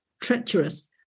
treacherous